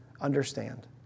understand